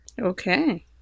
Okay